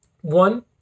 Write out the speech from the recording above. One